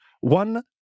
one